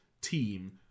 team